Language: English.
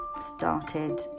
started